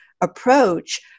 approach